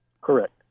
Correct